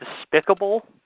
despicable